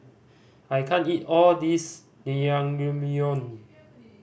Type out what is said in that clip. I can't eat all this Naengmyeon